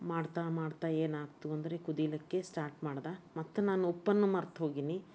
ಮಾಡ್ತಾ ಮಾಡ್ತಾ ಏನಾಗ್ತು ಅಂದರೆ ಕುದಿಯಲಿಕ್ಕೆ ಸ್ಟಾರ್ಟ್ ಮಾಡ್ದೆ ಮತ್ತು ನಾನು ಉಪ್ಪನ್ನು ಮರ್ತು ಹೋಗೀನಿ